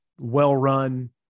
well-run